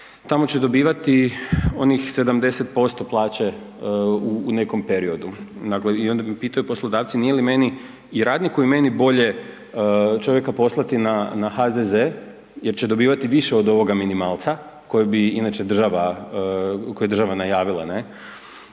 tamo će dobivati onih 70% plaće u nekom periodu. Dakle, i onda me pitaju poslodavci nije li meni, i radniku i meni bolje čovjeka poslati na HZZ jer će dobivati više od ovoga minimalca kojeg bi inače država,